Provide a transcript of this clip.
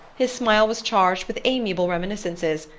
his smile was charged with amiable reminiscences,